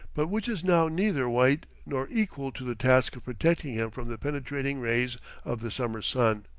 but which is now neither white nor equal to the task of protecting him from the penetrating rays of the summer sun.